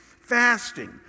Fasting